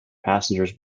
passengers